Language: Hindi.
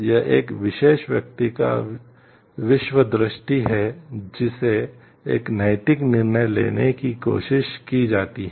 यह एक विशेष व्यक्ति का विश्वदृष्टि है जिसे एक नैतिक निर्णय लेने की कोशिश की जाती है